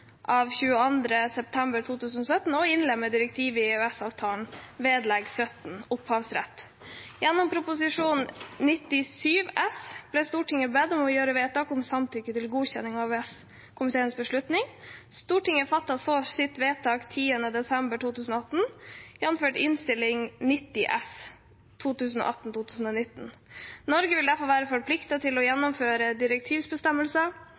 innlemme direktivet i EØS-avtalen vedlegg XVII, Opphavsrett. Gjennom Prop. 97 S for 2017–2018 ble Stortinget bedt om å fatte vedtak om samtykke til godkjenning av EØS-komiteens beslutning. Stortinget fattet slikt vedtak 10. desember 2018, jf. Innst. 90 S for 2018–2019. Norge vil derfor være forpliktet til å